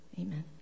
Amen